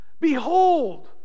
behold